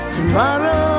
Tomorrow